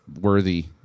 Worthy